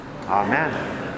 Amen